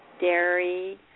dairy